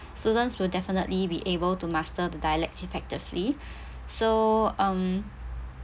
students will definitely be able to master the dialect effectively so um